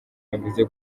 yavuze